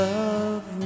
Love